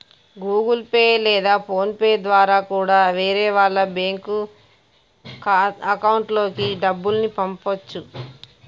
Google pay లేదా phone pay ద్వారా కూడా వేరే వాళ్ళ బ్యేంకు అకౌంట్లకి డబ్బుల్ని పంపచ్చు